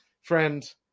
friend